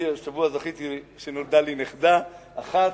השבוע זכיתי שנולדה לי נכדה אחת,